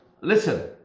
listen